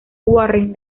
warren